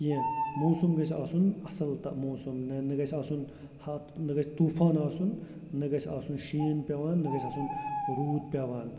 کینٛہہ موسم گَژھِ آسُن اَصٕل تہٕ موسم نہ گَژھِ آسُن نہ گژھِ طوٗفان آسُن نہ گَژھِ آسُن شیٖن پیٚوان نہ گَژھِ آسُن روٗد پیٚوان